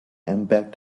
impact